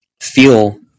feel